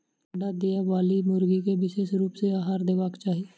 अंडा देबयबाली मुर्गी के विशेष रूप सॅ आहार देबाक चाही